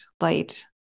light